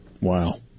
Wow